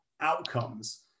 outcomes